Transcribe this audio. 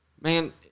man